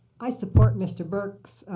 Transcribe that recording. i support mr. burke's